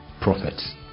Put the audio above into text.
prophets